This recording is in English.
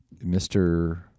Mr